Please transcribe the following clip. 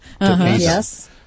Yes